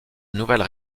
nouvelles